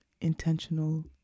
intentional